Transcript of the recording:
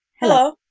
Hello